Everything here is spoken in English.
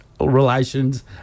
relations